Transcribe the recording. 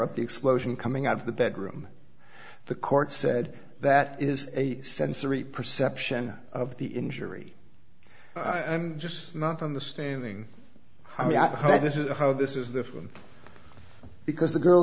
of the explosion coming out of the bedroom the court said that is a sensory perception of the injury i'm just not understanding how this is how this is the room because the girl